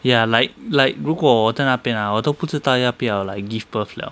ya like like 如果我在那边啊我都不知道要不要 like give birth 了